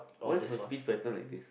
why is my speech pattern like this